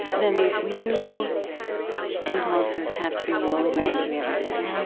then these new impulses have to be woven into the everyday.